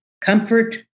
comfort